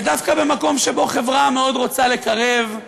ודווקא במקום שבו החברה רוצה מאוד לקרב,